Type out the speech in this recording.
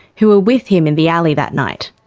who were with him in the alley that night?